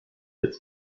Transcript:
its